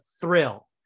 thrill